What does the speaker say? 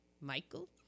Michael